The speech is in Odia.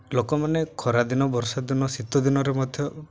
ଲୋକମାନେ ଖରା ଦିନ ବର୍ଷା ଦିନ ଶୀତ ଦିନରେ ମଧ୍ୟ